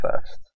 first